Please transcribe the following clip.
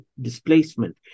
displacement